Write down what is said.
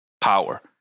power